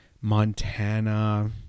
Montana